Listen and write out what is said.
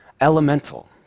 elemental